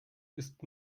ist